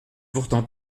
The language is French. pourtant